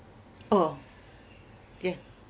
oh ya